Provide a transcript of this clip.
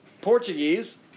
Portuguese